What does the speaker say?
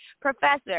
professor